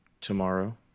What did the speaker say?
tomorrow